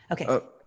Okay